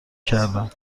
کردم